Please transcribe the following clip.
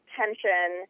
tension